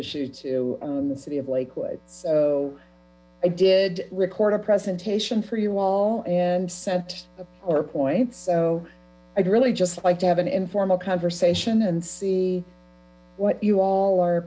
issue to the city of lakewood so i did record a presentation for you al and sent your point so i'd really just like to have an informal conversation and see what you all are